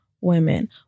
women